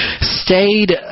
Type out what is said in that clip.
Stayed